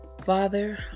Father